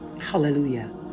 Hallelujah